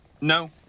No